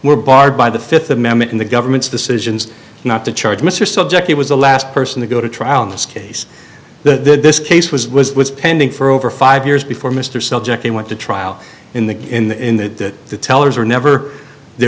were barred by the fifth amendment in the government's decisions not to charge mr subject he was the last person to go to trial in this case the this case was was was pending for over five years before mr subjective went to trial in the in the in the the tellers were never they